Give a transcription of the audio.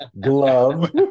glove